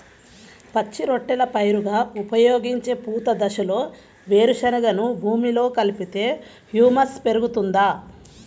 పచ్చి రొట్టెల పైరుగా ఉపయోగించే పూత దశలో వేరుశెనగను భూమిలో కలిపితే హ్యూమస్ పెరుగుతుందా?